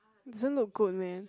doesn't look good man